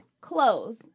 Clothes